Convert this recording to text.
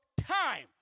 time